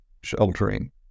sheltering